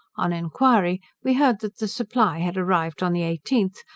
on inquiry, we heard, that the supply had arrived on the eighteenth,